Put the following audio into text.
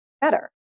better